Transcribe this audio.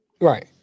right